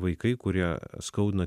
vaikai kurie skaudina